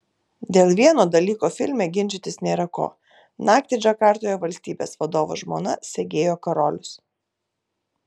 dėl vieno dalyko filme ginčytis nėra ko naktį džakartoje valstybės vadovo žmona segėjo karolius